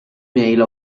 mail